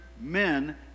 men